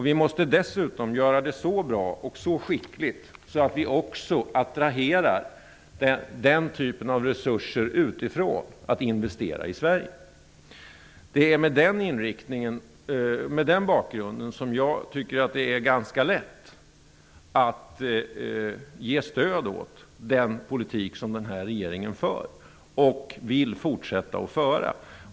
Vi måste dessutom göra det så bra och så skickligt att vi också attraherar den typen av resurser utifrån att investera i Sverige. Det är med den bakgrunden som jag anser att det är ganska lätt att ge stöd åt den politik som den nuvarande regeringen för och vill fortsätta att föra.